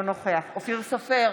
אינו נוכח אופיר סופר,